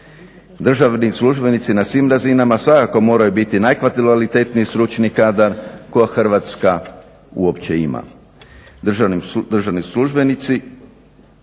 Državni službenici na svim razinama svakako moraju biti najkvalitetniji stručni kadar koji Hrvatska uopće ima. Državni službenici